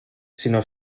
sinó